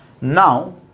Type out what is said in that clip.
Now